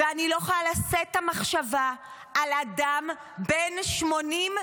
ואני לא יכולה לשאת את המחשבה על אדם בן 86